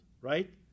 right